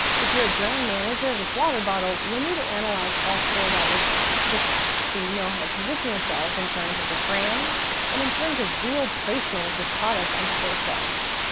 if you're a brand manager of this water bottle, you'll need to analyze all four levels of competition so you know how to position yourselves in terms of the brand and in terms of real placement of this product on store shelves.